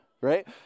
Right